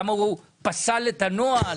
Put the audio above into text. למה הוא פסל את הנוהל.